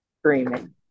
screaming